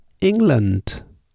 England